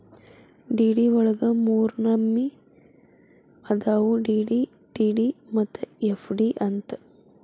DD ವಳಗ ಮೂರ್ನಮ್ನಿ ಅದಾವು ಡಿ.ಡಿ, ಟಿ.ಡಿ ಮತ್ತ ಎಫ್.ಡಿ ಅಂತ್